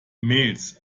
mails